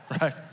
right